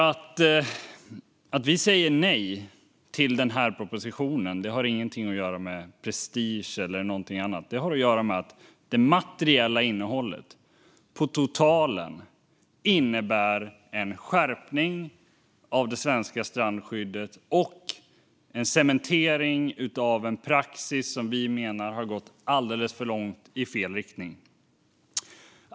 Att vi säger nej till den här propositionen har ingenting att göra med prestige eller någonting annat. Det har att göra med att det materiella innehållet på totalen innebär en skärpning av det svenska strandskyddet och en cementering av en praxis som vi menar har gått alldeles för långt i fel riktning.